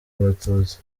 abatutsi